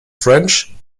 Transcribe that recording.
french